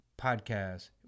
podcast